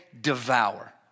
devour